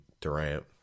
Durant